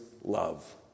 love